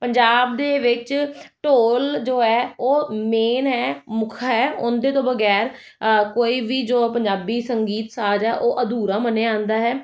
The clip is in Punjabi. ਪੰਜਾਬ ਦੇ ਵਿੱਚ ਢੋਲ ਜੋ ਹੈ ਉਹ ਮੇਨ ਹੈ ਮੁੱਖ ਹੈ ਉਹਦੇ ਤੋਂ ਬਗੈਰ ਕੋਈ ਵੀ ਜੋ ਪੰਜਾਬੀ ਸੰਗੀਤ ਸਾਜ ਆ ਉਹ ਅਧੂਰਾ ਮੰਨਿਆ ਜਾਂਦਾ ਹੈ